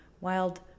wild